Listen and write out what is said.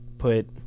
put